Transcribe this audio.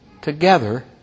together